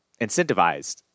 incentivized